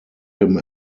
him